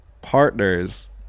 partners